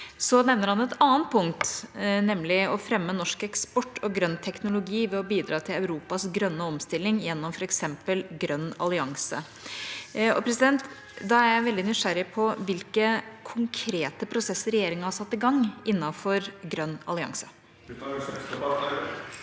Så nevner han et annet punkt, nemlig å fremme norsk eksport og grønn teknologi ved å bidra til Europas grønne omstilling gjennom f.eks. grønn allianse. Da er jeg veldig nysgjerrig på hvilke konkrete prosesser regjeringa har satt i gang innenfor grønn allianse.